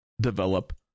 develop